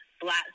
black